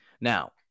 Now